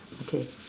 okay